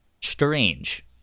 Strange